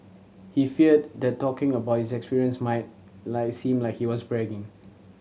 he feared that talking about his experiences might like seem like he was bragging